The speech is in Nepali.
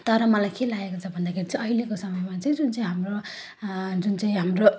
तर मलाई के लागेको छ भन्दाखेरि चाहिँ अहिलेको समयमा चाहिँ जुन चाहिँ हाम्रो जुन चाहिँ हाम्रो